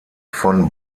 von